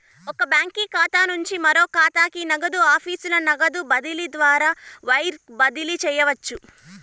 ఒక బాంకీ ఖాతా నుంచి మరో కాతాకి, నగదు ఆఫీసుల నగదు బదిలీ ద్వారా వైర్ బదిలీ చేయవచ్చు